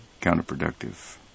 counterproductive